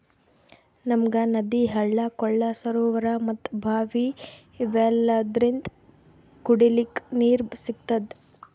ನಮ್ಗ್ ನದಿ ಹಳ್ಳ ಕೊಳ್ಳ ಸರೋವರಾ ಮತ್ತ್ ಭಾವಿ ಇವೆಲ್ಲದ್ರಿಂದ್ ಕುಡಿಲಿಕ್ಕ್ ನೀರ್ ಸಿಗ್ತದ